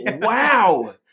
Wow